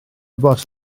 bost